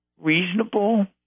reasonable